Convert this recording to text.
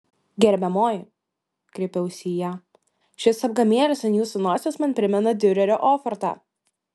gerbiamoji kreipiausi į ją šis apgamėlis ant jūsų nosies man primena diurerio ofortą